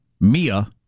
Mia